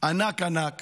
ענק